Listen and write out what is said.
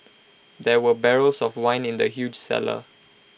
there were barrels of wine in the huge cellar